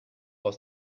aus